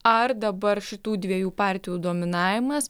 ar dabar šitų dviejų partijų dominavimas